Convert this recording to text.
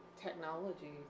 technology